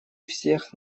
всех